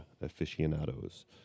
aficionados